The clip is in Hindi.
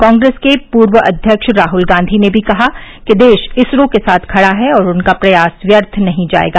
कॉप्रेस के पूर्व अध्यक्ष राहल गांधी ने भी कहा कि देश इसरो के साथ खड़ा है और उनका प्रयास व्यर्थ नहीं जायेगा